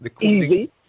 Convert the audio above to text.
easy